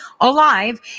alive